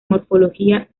morfología